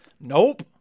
nope